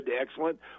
excellent